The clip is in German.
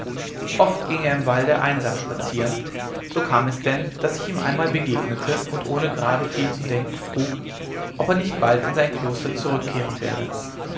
oft ging er im walde einsam spazieren so kam es denn daß ich ihm einmal begegnete und ohne gerade viel zu denken frug ob er nicht nun bald in sein kloster zurückkehren werde